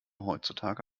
heutzutage